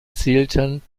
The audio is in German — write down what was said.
zählten